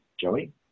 Joey